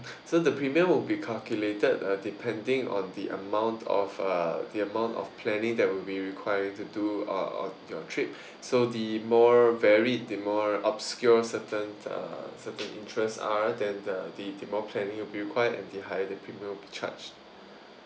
so the premium will be calculated uh depending on the amount of uh the amount of planning that will be required to do uh on your trip so the more varied the more obscure certain uh certain interests are then the the more planning will be required and the higher the premium will be charged